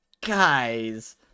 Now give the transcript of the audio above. guys